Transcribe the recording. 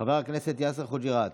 חבר הכנסת יאסר חוג'יראת,